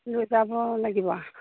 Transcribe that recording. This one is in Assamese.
লৈ যাব লাগিব আৰু